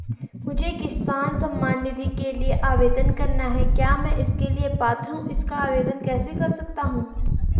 मुझे किसान सम्मान निधि के लिए आवेदन करना है क्या मैं इसके लिए पात्र हूँ इसका आवेदन कैसे कर सकता हूँ?